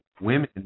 women